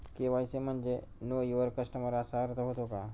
KYC म्हणजे know your customer असा अर्थ होतो का?